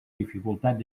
dificultat